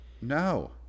No